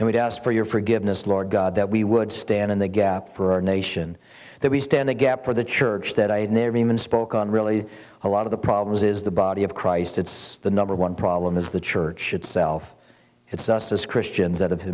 and we've asked for your forgiveness lord god that we would stand in the gap for our nation that we stand a gap for the church that i spoke on really a lot of the problems is the body of christ it's the number one problem is the church itself it's us as christians